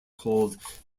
called